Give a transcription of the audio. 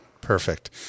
Perfect